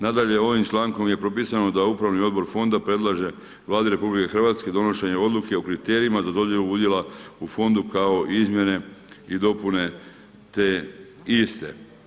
Nadalje ovim člankom je propisano da upravni odbor fonda predlaže Vladi RH donošenje odluka o kriterijima za dodjelu udjela u fondu kao izmjene i dopune te iste.